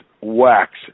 wax